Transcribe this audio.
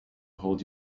hold